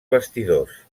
vestidors